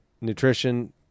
Nutrition